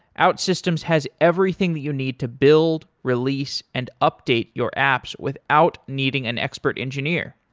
outsystems has everything that you need to build, release and update your apps without needing an expert engineer.